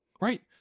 Right